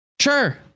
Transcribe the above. Sure